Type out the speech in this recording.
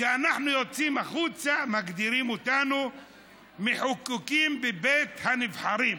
כשאנחנו יוצאים החוצה מגדירים אותנו מחוקקים בבית הנבחרים.